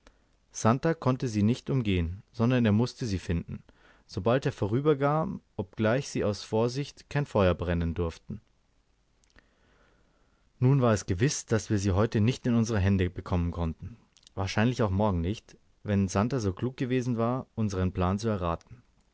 santer konnte sie nicht umgehen sondern er mußte sie finden sobald er vorüberkam obgleich sie aus vorsicht kein feuer brennen durften nun war es gewiß daß wir sie heut nicht in unsere hände bekommen konnten wahrscheinlich auch morgen nicht wenn santer so klug gewesen war unsern plan zu erraten